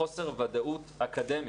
לחוסר ודאות אקדמית.